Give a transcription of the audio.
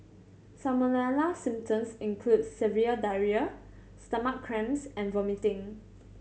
salmonella symptoms includes severe diarrhoea stomach cramps and vomiting